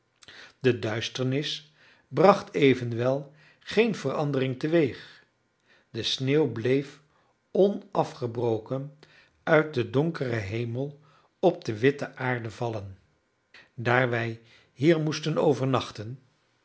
de duisternis bracht evenwel geen verandering teweeg de sneeuw bleef onafgebroken uit den donkeren hemel op de witte aarde vallen daar wij hier moesten overnachten